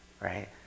right